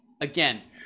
again